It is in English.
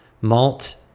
malt